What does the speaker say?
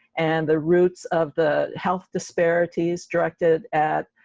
and the roots of the health disparities directed at